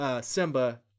Simba